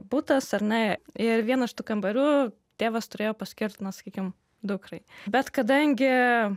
butas ar ne ir vieną iš tų kambarių tėvas turėjo paskirt na sakykim dukrai bet kadangi